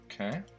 Okay